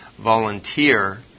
volunteer